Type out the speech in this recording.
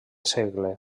segle